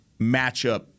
matchup